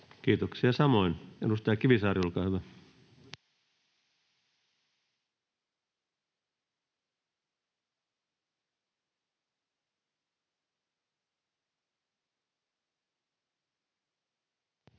Kiitoksia samoin. — Edustaja Kivisaari, olkaa hyvä. [Speech